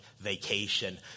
vacation